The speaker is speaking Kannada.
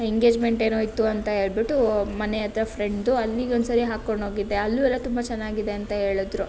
ಎಂಗೇಜ್ಮೆಂಟ್ ಏನೋ ಇತ್ತು ಅಂತ ಹೇಳಿಬಿಟ್ಟು ಮನೆ ಹತ್ತಿರ ಫ್ರೆಂಡ್ದು ಅಲ್ಲಿಗೆ ಒಂದ್ಸರಿ ಹಾಕಿಕೊಂಡೋಗಿದ್ದೆ ಅಲ್ಲೂ ಎಲ್ಲ ತುಂಬ ಚೆನ್ನಾಗಿದೆ ಅಂತ ಹೇಳಿದರು